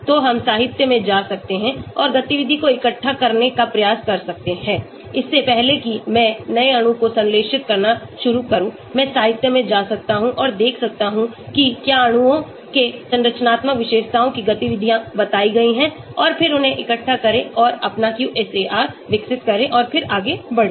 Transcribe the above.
तो हम साहित्य में जा सकते हैं और गतिविधि को इकट्ठा करने का प्रयास कर सकते हैं इससे पहले कि मैं नए अणु को संश्लेषित करना शुरू करूं मैं साहित्य में जा सकता हूं और देख सकता हूं कि क्या अणुओं के संरचनात्मक विशेषताओं की गतिविधियां बताई गई हैं और फिर उन्हें इकट्ठा करें और अपना QSAR विकसित करें और फिर आगे बढ़ें